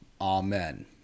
Amen